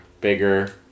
Bigger